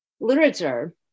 literature